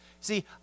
See